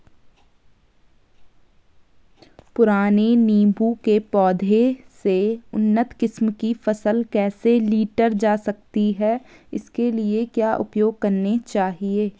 पुराने नीबूं के पौधें से उन्नत किस्म की फसल कैसे लीटर जा सकती है इसके लिए क्या उपाय करने चाहिए?